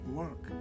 work